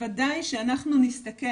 בוודאי שאנחנו נסתכל,